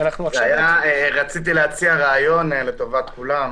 אז --- רציתי להציע רעיון לטובת כולם,